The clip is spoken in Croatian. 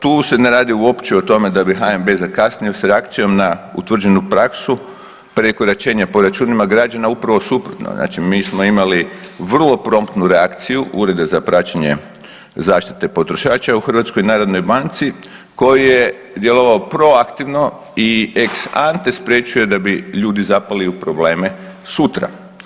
Tu se ne radi uopće o tome da bi HNB zakasnio s reakcijom na utvrđenu praksu, prekoračenja po računima građana, upravo suprotno, znači mi smo imali vrlo promptnu reakciju Ureda za praćenje zaštite potrošača u HNB-u koji je djelovao proaktivno i ex ante spriječio da bi ljudi zapali u probleme sutra.